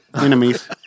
enemies